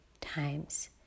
times